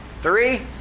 Three